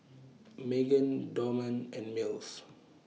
Magen Dorman and Mills